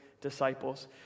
disciples